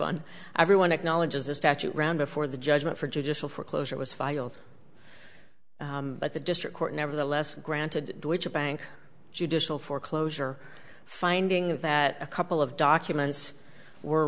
one everyone acknowledges the statute round before the judgment for judicial foreclosure was filed but the district court nevertheless granted which a bank judicial foreclosure finding that a couple of documents were